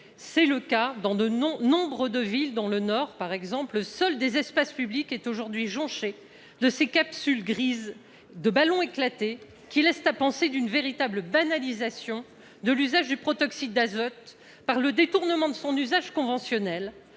SMEREP. Dans nombre de villes du Nord, par exemple, le sol des espaces publics est aujourd'hui jonché de ces capsules grises de ballons éclatés, qui laissent à penser à une véritable banalisation de l'usage de ce produit par le détournement de son usage conventionnel,